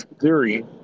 theory